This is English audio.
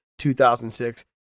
2006